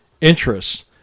Interests